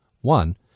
One